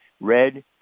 red